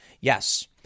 Yes